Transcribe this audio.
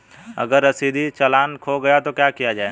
अगर रसीदी चालान खो गया तो क्या किया जाए?